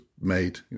made